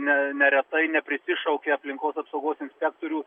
ne neretai neprisišaukia aplinkos apsaugos inspektorių